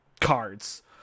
cards